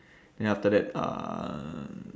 then after that uh